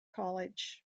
college